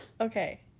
Okay